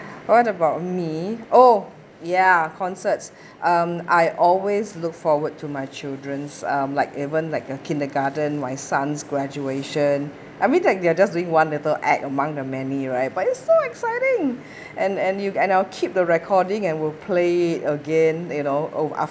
what about me oh ya concerts um I always look forward to my children's uh like even like a kindergarten my son's graduation I mean they are just doing one little act among the many right but it so exciting and and I'll keep the recording and will play again you know oh